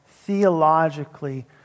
theologically